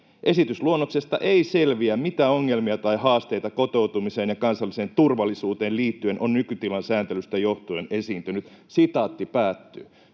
”Esitysluonnoksesta ei selviä, mitä ongelmia tai haasteita kotoutumiseen ja kansalliseen turvallisuuteen liittyen on nykytilan sääntelystä johtuen esiintynyt.” Jospa me nyt